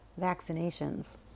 vaccinations